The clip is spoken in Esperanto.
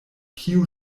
kiu